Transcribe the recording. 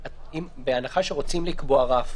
בהנחה שרוצים לקבוע רף,